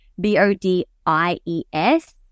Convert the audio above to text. B-O-D-I-E-S